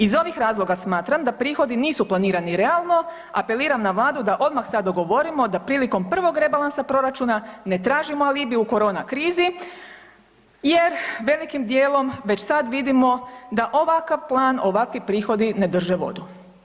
Iz ovih razloga smatram da prihodi nisu planirani realno, apeliram na Vladu da odmah sad dogovorimo da prilikom prvog rebalansa proračuna ne tražimo alibi u korona krizi jer velikim dijelom već sad vidimo da ovakav plan, ovakvi prihodi ne drže vodu.